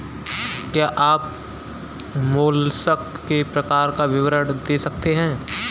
क्या आप मोलस्क के प्रकार का विवरण दे सकते हैं?